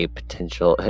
potential